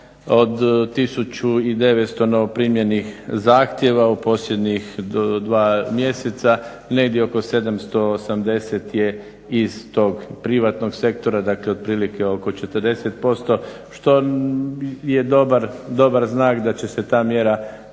od 1900 novoprimljenih zahtjeva u posljednjih 2 mjeseca negdje oko 780 je iz tog privatnog sektora, dakle otprilike oko 40% što je dobar znak da će se ta mjera kada